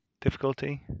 Difficulty